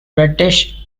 reddish